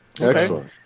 Excellent